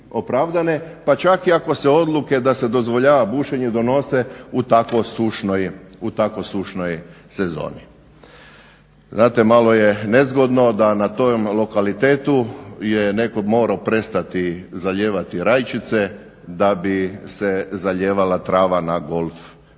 pa čak i ako se odluke da se dozvoljava bušenje donose u tako sušnoj sezoni. Znate malo je nezgodno da na tom lokalitetu netko mora prestati zalijevati rajčice da bi se zalijevala trava na golf